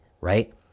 right